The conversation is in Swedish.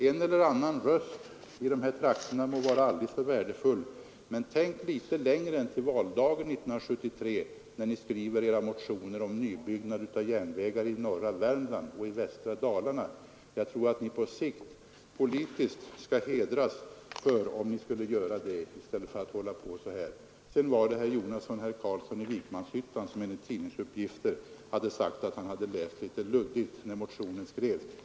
En eller annan röst i de här trakterna må vara aldrig så värdefull för centern, men tänk litet längre än till valdagen 1973, när ni skriver edra motioner om nybyggnad av järnvägar i norra Värmland och västra Dalarna. Jag tror att ni politiskt på sikt kommer att hedras för att ni gör det i stället för att hålla på så här. Herr Carlsson i Vikmanshyttan hade enligt tidningsuppgifter sagt att han läst litet suddigt när motionen skrevs.